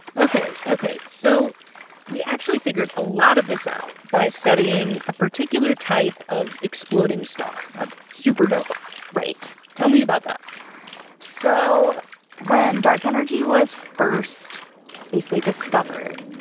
ok. ok. so we actually figured a lot of this out by studying a particular type of exploding star a supernova right tell me about that so when dark energy was first basically discovered,